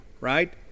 right